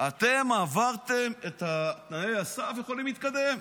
אתם עברתם את תנאי הסף, יכולים להתקדם.